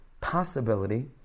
possibility